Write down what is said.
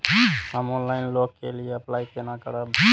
हम online loan के लिए अप्लाई केना करब?